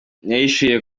yahishuye